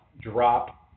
drop